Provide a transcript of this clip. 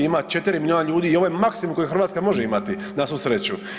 Ima 4 milijuna ljudi i ovo je maksimum koji Hrvatska može imati na svu sreću.